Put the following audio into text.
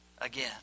again